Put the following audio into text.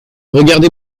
regardez